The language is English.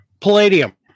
palladium